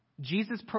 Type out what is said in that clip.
Jesus